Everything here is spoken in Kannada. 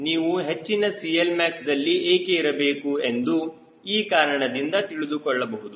ನೀವು ಹೆಚ್ಚಿನ CLmaxದಲ್ಲಿ ಏಕೆ ಇರಬೇಕು ಎಂದು ಈ ಕಾರಣದಿಂದ ತಿಳಿದುಕೊಳ್ಳಬಹುದು